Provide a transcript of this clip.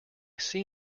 see